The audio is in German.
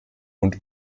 und